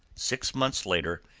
six months later,